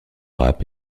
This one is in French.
rap